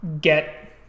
get